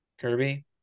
Kirby